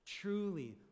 Truly